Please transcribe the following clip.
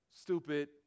Stupid